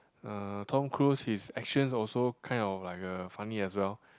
uh Tom Cruise his actions also kind of like a funny as well